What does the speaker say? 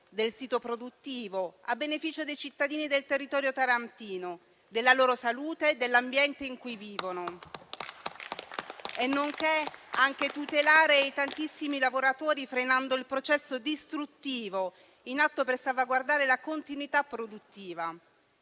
del sito produttivo a beneficio dei cittadini del territorio tarantino, della loro salute e dell'ambiente in cui vivono, nonché per tutelare i tantissimi lavoratori frenando il processo distruttivo in atto e per salvaguardare la continuità produttiva.